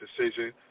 decision